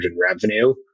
revenue